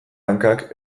hankak